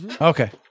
Okay